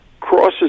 crosses